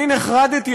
אני נחרדתי,